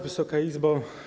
Wysoka Izbo!